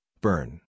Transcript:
burn